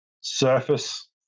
surface